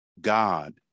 God